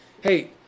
Hey